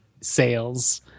sales